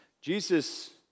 Jesus